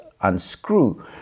unscrew